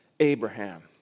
Abraham